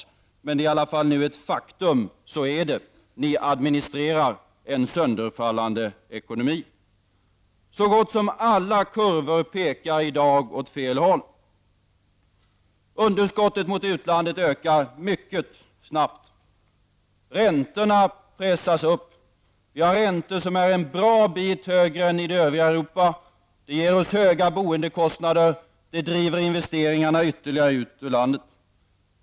Men detta är i alla fall nu ett faktum; så är det. Socialdemokraterna administrerar en sönderfallande ekonomi. Så gott som alla kurvor pekar i dag åt fel håll. Underskottet gentemot utlandet ökar mycket snabbt. Räntorna pressas upp. Vi har räntor som ligger en bra bit högre än det övriga Europas. Detta ger oss höga boendekostnader, och det driver investeringarna ytterligare ut ur landet.